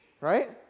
Right